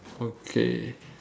okay